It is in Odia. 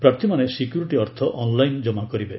ପ୍ରାର୍ଥୀମାନେ ସିକ୍ୟୁରିଟି ଅର୍ଥ ଅନ୍ଲାଇନ୍ ଜମା କରିବେ